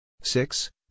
six